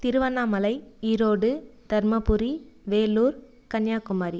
Tiruvannamalai Erode Dharmapuri Vellore Kanyakumari